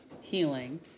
healing